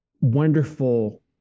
wonderful